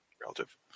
Relative